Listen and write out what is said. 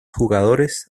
jugadores